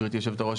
גבירתי יושבת הראש,